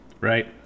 right